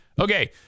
Okay